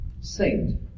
Saint